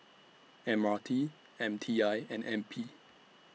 M R T M T I and N P